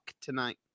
tonight